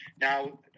now